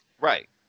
Right